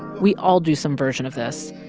we all do some version of this.